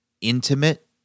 intimate